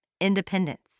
independence